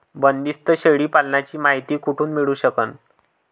बंदीस्त शेळी पालनाची मायती कुठून मिळू सकन?